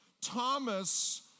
Thomas